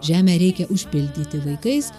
žemę reikia užpildyti vaikais